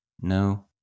no